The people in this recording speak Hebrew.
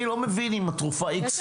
אני לא מבין אם התרופה הזאת או הזאת היא